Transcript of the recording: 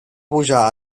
pujar